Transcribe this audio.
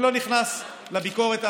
אני לא נכנס לביקורת,